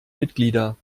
mitglieder